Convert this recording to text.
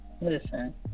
Listen